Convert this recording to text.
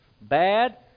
bad